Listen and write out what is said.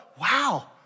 wow